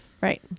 Right